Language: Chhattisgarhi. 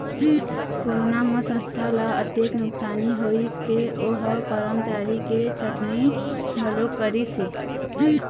कोरोना म संस्था ल अतेक नुकसानी होइस के ओ ह करमचारी के छटनी घलोक करिस हे